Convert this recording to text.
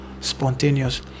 spontaneous